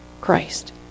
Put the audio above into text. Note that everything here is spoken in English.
Christ